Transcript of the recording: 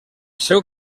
seu